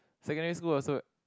secondary school also